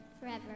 forever